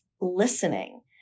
listening